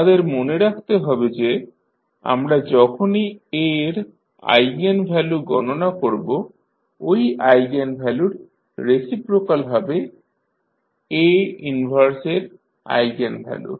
আমাদের মনে রাখতে হবে যে আমরা যখনই A এর আইগেনভ্যালু গণনা করবো ঐ আইগেনভ্যালুর রেসিপ্রোক্যাল হবে A 1 এর আইগেনভ্যালু